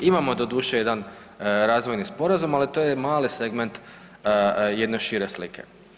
Imamo doduše jedan razvojni sporazum, ali to je mali segment jedne šire slike.